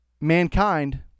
Mankind